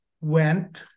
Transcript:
went